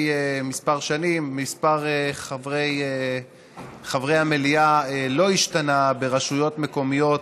כמה שנים: מספר חברי המליאה לא השתנה ברשויות מקומיות